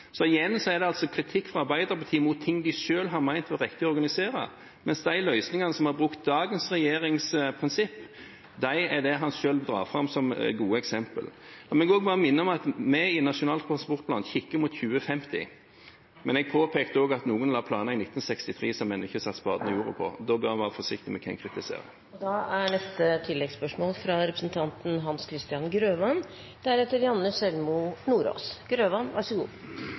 Igjen er det altså kritikk fra Arbeiderpartiet mot ting de selv har ment var riktig organisert, mens de løsningene der en har brukt prinsippene til dagens regjering, er dem han selv drar fram som gode eksempler. Så må jeg bare minne om at vi i forbindelse med Nasjonal transportplan kikker mot 2050. Men jeg påpekte også at noen la planer i 1963, og man har ennå ikke satt spaden i jorda. En bør være forsiktig med hva en kritiserer.